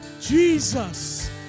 Jesus